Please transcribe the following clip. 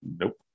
Nope